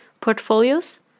portfolios